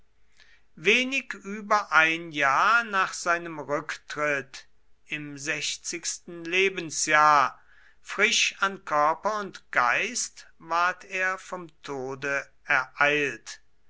wenig über ein jahr nach seinem rücktritt im sechzigsten lebensjahr frisch an körper und geist ward er vom tode ereilt